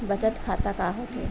बचत खाता का होथे?